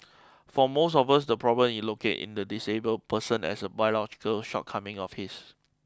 for most of us the problem is located in the disabled person as a biological shortcoming of his